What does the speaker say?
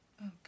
Okay